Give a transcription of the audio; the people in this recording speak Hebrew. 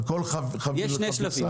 על כל חפיסה --- יש שני שלבים.